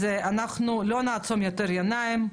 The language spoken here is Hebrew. אז אנחנו לא נעצום יותר עיניים,